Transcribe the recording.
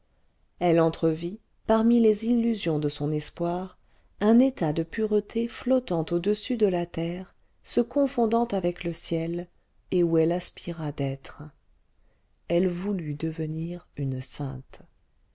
elle entrevit parmi les illusions de son espoir un état de pureté flottant au-dessus de la terre se confondant avec le ciel et où elle aspira d'être elle voulut devenir une sainte